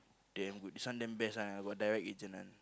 damn good this one damn best one got direct agent one